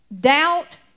Doubt